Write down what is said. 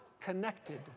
connected